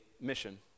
mission